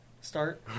start